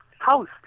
house